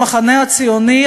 במחנה הציוני,